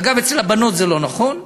אגב, אצל הבנות זה לא נכון,